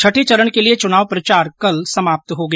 छर्ठे चरण के लिये चुनाव प्रचार कल समाप्त हो गया